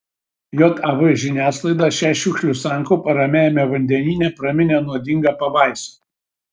jav žiniasklaida šią šiukšlių sankaupą ramiajame vandenyne praminė nuodinga pabaisa